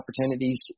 opportunities